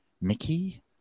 mickey